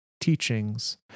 teachings